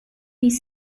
his